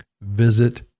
visit